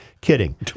Kidding